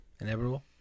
Inevitable